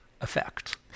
effect